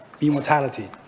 immortality